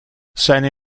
seine